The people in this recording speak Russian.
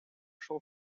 ушел